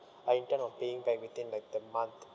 I intend on being paid within like the month